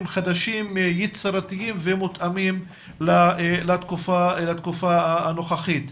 חדשים יצירתיים ומותאמים לתקופה הנוכחית.